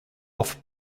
off